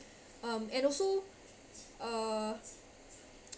um and also uh